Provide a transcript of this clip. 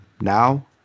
Now